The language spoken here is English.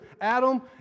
Adam